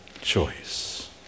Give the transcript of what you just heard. choice